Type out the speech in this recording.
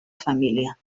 família